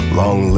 long